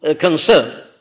concern